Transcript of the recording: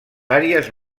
àries